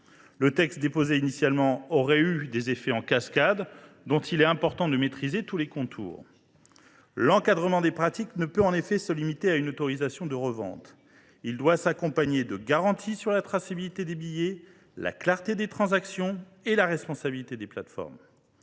texte que j’avais initialement déposé aurait eu des effets en cascade, dont il est important de maîtriser tous les contours. L’encadrement des pratiques ne peut en effet se limiter à une autorisation de revente. Il doit s’accompagner de garanties sur la traçabilité des billets, la clarté des transactions et la responsabilité des plateformes.